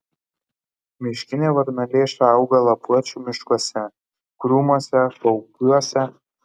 miškinė varnalėša auga lapuočių miškuose krūmuose paupiuose